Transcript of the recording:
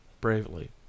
bravely